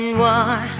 war